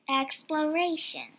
exploration